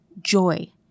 joy